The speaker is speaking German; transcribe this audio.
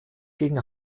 gegen